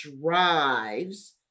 drives